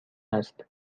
است